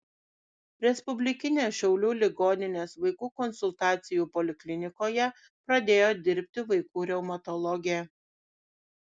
respublikinės šiaulių ligoninės vaikų konsultacijų poliklinikoje pradėjo dirbti vaikų reumatologė